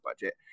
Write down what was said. budget